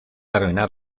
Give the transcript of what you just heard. arruinar